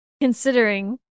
considering